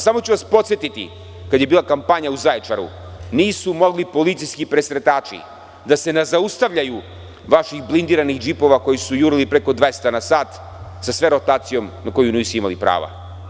Samo ću vas podsetiti, kada je bila kampanja u Zaječaru, nisu mogli policijski presretači da se nazaustavljaju vaših blindiranih džipova koji su jurili preko 200 na sat, sa sve rotacijom na koju nisu imali prava.